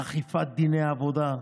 אכיפת דיני עבודה,